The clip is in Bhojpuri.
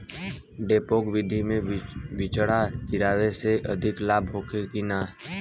डेपोक विधि से बिचड़ा गिरावे से अधिक लाभ होखे की न?